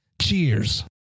Cheers